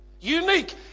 Unique